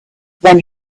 then